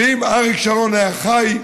שאם אריק שרון היה חי,